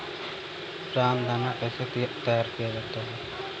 रामदाना कैसे तैयार किया जाता है?